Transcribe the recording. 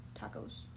Tacos